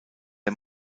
der